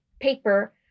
paper